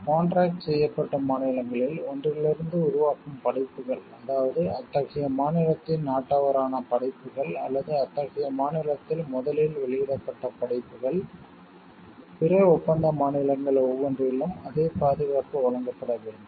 contract செய்யப்பட்ட மாநிலங்களில் ஒன்றிலிருந்து உருவாகும் படைப்புகள் அதாவது அத்தகைய மாநிலத்தின் நாட்டவரான படைப்புகள் அல்லது அத்தகைய மாநிலத்தில் முதலில் வெளியிடப்பட்ட படைப்புகள் பிற ஒப்பந்த மாநிலங்கள் ஒவ்வொன்றிலும் அதே பாதுகாப்பு வழங்கப்பட வேண்டும்